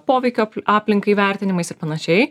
poveikio aplinkai vertinimais ir panašiai